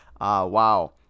Wow